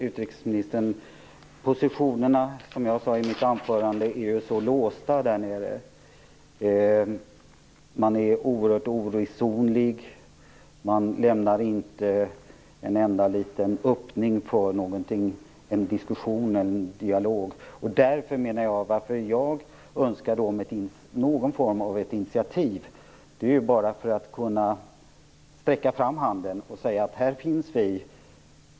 Herr talman! Utrikesministern! Som jag sade i mitt anförande är ju positionerna så låsta där nere. Man är oerhört oresonlig, och man lämnar inte en enda liten öppning för diskussion och dialog. Jag önskar någon form av initiativ bara för att vi skall kunna sträcka ut handen och säga: Här finns vi.